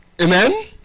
Amen